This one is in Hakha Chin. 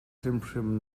hrimhrim